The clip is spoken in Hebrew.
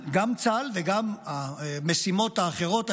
גם צה"ל וגם המשימות האחרות,